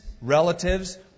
relatives